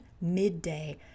midday